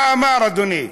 מה אמר, אדוני?